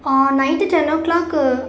night ten O clock